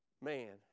man